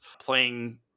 playing